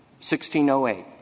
1608